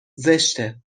زشته